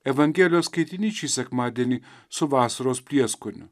evangelijos skaitinys šį sekmadienį su vasaros prieskoniu